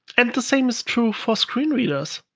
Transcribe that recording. and the same is true for screen readers.